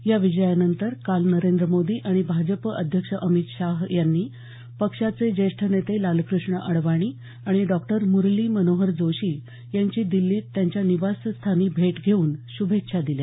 या विजयानंतर काल नरेंद्र मोदी आणि भाजप अध्यक्ष अमित शहा यांनी पक्षाचे ज्येष्ठ नेते लालकृष्ण अडवाणी आणि डॉ मुरली मनोहर जोशी यांची दिल्लीत त्यांच्या निवासस्थानी भेट घेऊन श्रभेच्छा दिल्या